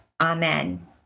Amen